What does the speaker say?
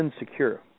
insecure